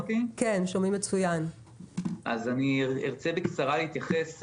אני ארצה בקצרה להתייחס,